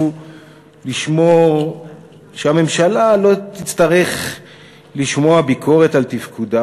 לשמור שהממשלה לא תצטרך לשמוע ביקורת על תפקודה,